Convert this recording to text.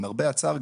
למרבה הצער,